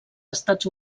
estats